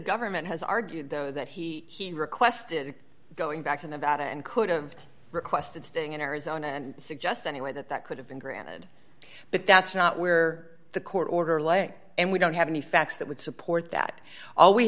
government has argued though that he he requested going back to nevada and could've requested staying in arizona and suggest any way that that could have been granted but that's not where the court order lay and we don't have any facts that would support that